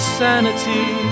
sanity